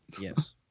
Yes